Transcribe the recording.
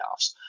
playoffs